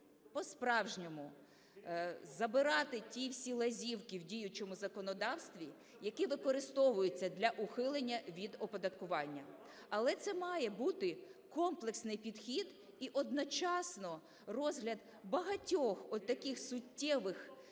по-справжньому забирати ті всі лазівки в діючому законодавстві, які використовуються для ухилення від оподаткування. Але це має бути комплексний підхід і одночасно розгляд багатьох таких суттєвих